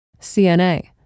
CNA